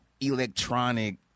electronic